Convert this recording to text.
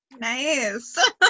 Nice